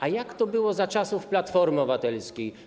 A jak to było za czasów Platformy Obywatelskiej?